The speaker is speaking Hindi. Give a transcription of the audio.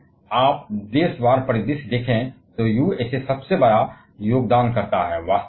यदि आप देश वार परिदृश्य देखें तो यूएसए सबसे बड़ा योगदानकर्ता है